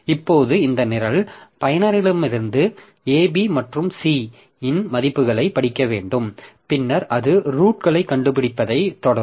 இப்போது இந்த நிரல் பயனரிடமிருந்து ab மற்றும் c இன் மதிப்புகளைப் படிக்க வேண்டும் பின்னர் அது ரூட்களைக் கண்டுபிடிப்பதைத் தொடரும்